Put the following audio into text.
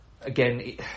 Again